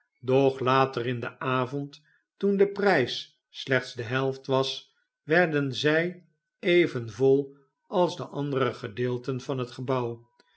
doch later in den avond toen de prijs slechts de helft was werden zij even vol als de andere gedeelten van het gebouw